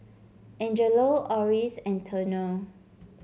Angelo Oris and Turner